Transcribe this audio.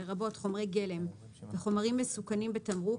לרבות חומרי גלם וחומרים מסוכנים בתמרוק,